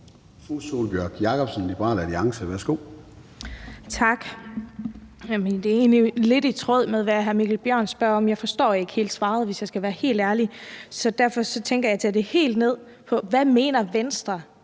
Sólbjørg Jakobsen (LA): Tak. Det er egentlig lidt i tråd med det, hr. Mikkel Bjørn spurgte om. Jeg forstår ikke helt svaret, hvis jeg skal være helt ærlig, så derfor har jeg tænkt mig at koge det helt ned: Hvad mener Venstre